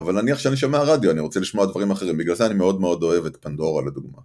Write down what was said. אבל נניח שאני שומע רדיו, אני רוצה לשמוע דברים אחרים בגלל זה אני מאוד מאוד אוהב את פנדורה לדוגמה